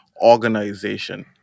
organization